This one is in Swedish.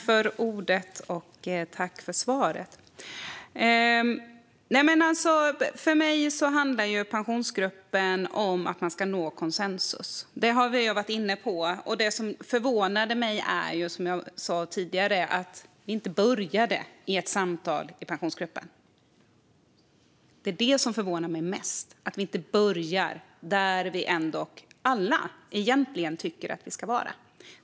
Fru talman! Jag tackar för svaret. För mig handlar Pensionsgruppen om att man ska nå konsensus. Det har vi varit inne på. Det som förvånade mig är, som jag sa tidigare, att vi inte började med ett samtal i Pensionsgruppen. Det är det som förvånar mig mest att vi inte börjar där vi alla ändå egentligen tycker att vi ska vara.